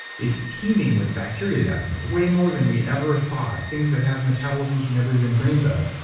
it's teeming with bacteria down here, way more than we ever thought. things that have metabolisms, we never even dreamed of.